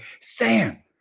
Sam